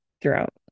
throughout